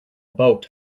boat